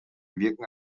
wirken